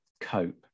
cope